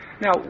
Now